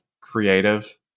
creative